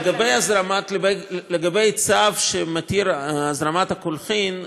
לגבי צו שמתיר הזרמת קולחין,